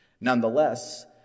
Nonetheless